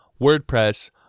WordPress